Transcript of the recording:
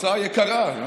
הצעה יקרה.